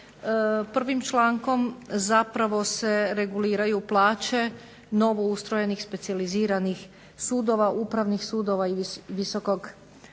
Prvim člankom zapravo se reguliraju plaće novoustrojenih specijaliziranih sudova upravnih sudova i Visokog